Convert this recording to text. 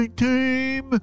team